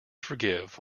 forgive